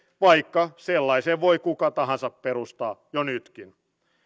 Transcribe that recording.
vaikka sellaisen voi kuka tahansa perustaa jo nytkin